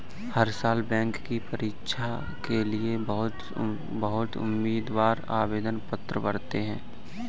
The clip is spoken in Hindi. हर साल बैंक की परीक्षा के लिए बहुत उम्मीदवार आवेदन पत्र भरते हैं